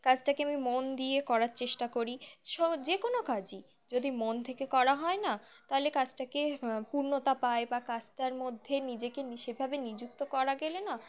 কাজটাকে আমি মন দিয়ে করার চেষ্টা করি স যে কোনো কাজই যদি মন থেকে করা হয় না তাহলে কাজটাকে পূর্ণতা পায় বা কাজটার মধ্যে নিজেকে সেভাবে নিযুক্ত করা গেলে না